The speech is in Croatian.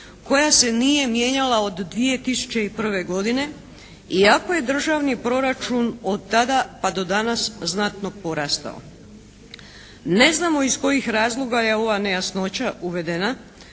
koja se nije mijenjala od 2001. godine iako je državni proračun od tada pa do danas znatno porastao. Ne znamo iz kojih razloga je ova nejasnoća uvedena